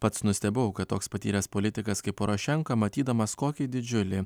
pats nustebau kad toks patyręs politikas kaip porošenka matydamas kokį didžiulį